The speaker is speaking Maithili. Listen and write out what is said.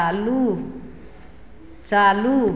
चालू चालू